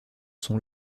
sont